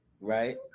Right